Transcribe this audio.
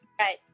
right